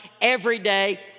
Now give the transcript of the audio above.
everyday